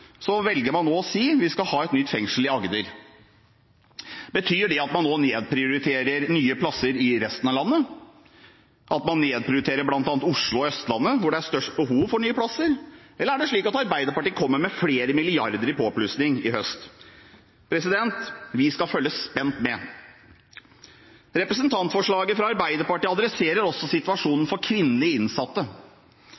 velger man nå å si at vi skal ha et nytt fengsel i Agder. Betyr det at man nå nedprioriterer nye plasser i resten av landet, at man nedprioriterer bl.a. Oslo og Østlandet, hvor det er størst behov for nye plasser, eller er det slik at Arbeiderpartiet kommer med flere milliarder kroner i påplussing i høst? Vi skal følge spent med. Representantforslaget fra Arbeiderpartiet adresserer også situasjonen